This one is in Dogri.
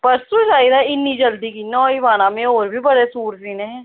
परसों चाहिदा इन्ना जल्दी कियां होई पाना में होर बी बड़े सूट सीने हे